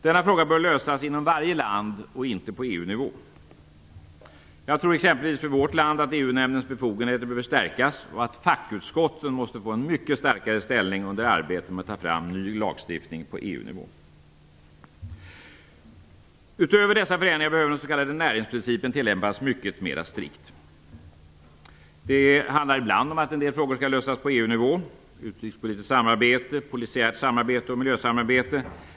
Denna fråga bör lösas inom varje land och inte på EU-nivå. När det gäller vårt land tror jag t.ex. att EU-nämndens befogenheter behöver stärkas och att fackutskotten måste få en mycket starkare ställning under arbetet med att ta fram ny lagstiftning på EU-nivå. Utöver dessa förändringar behöver den s.k. närhetsprincipen tillämpas mycket mera strikt. Det handlar ibland om att en del frågor skall lösas på EU nivå, utrikespolitiskt samarbete, polisiärt samarbete och miljösamarbete.